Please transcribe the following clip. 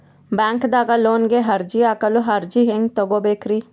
ಬ್ಯಾಂಕ್ದಾಗ ಲೋನ್ ಗೆ ಅರ್ಜಿ ಹಾಕಲು ಅರ್ಜಿ ಹೆಂಗ್ ತಗೊಬೇಕ್ರಿ?